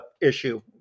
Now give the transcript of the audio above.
issue